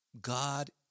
God